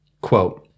Quote